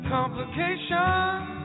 Complications